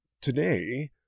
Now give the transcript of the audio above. today